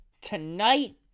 tonight